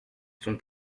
sont